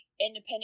independent